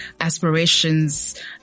aspirations